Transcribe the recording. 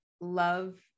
love